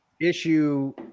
issue